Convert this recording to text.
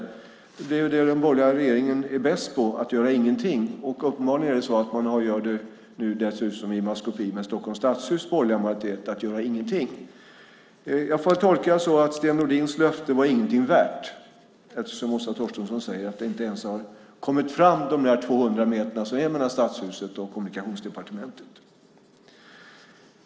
Det är det som den borgerliga regeringen är bäst på, att göra ingenting. Och uppenbarligen väljer man nu dessutom i maskopi med Stockholms stadshus borgerliga majoritet att göra ingenting. Jag får väl tolka det så att Sten Nordins löfte inte var värt någonting, eftersom Åsa Torstensson säger att det inte ens har kommit fram de där två hundra meterna som det är mellan Stadshuset och Kommunikationsdepartementet.